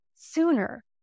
sooner